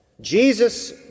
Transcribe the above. Jesus